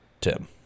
Tim